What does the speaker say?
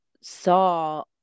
saw